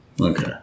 Okay